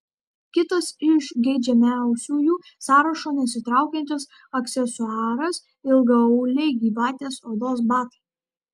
kitas iš geidžiamiausiųjų sąrašo nesitraukiantis aksesuaras ilgaauliai gyvatės odos batai